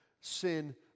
sin